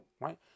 right